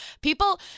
People